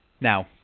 Now